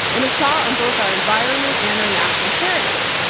and to saw on both our environment and our national heritage.